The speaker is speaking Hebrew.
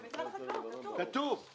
זה משרד החקלאות, כתוב.